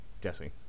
Jesse